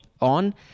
on